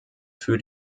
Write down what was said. für